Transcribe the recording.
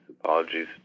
apologies